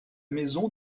maison